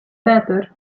better